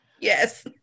Yes